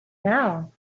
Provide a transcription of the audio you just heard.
now